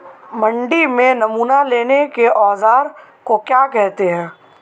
मंडी में नमूना लेने के औज़ार को क्या कहते हैं?